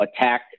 attack